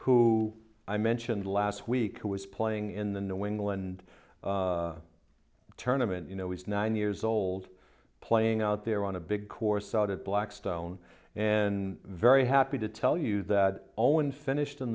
who i mentioned last week who was playing in the new england tournaments you know he's nine years old playing out there on a big course out at blackstone and very happy to tell you that all when finished in